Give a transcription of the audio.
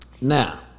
Now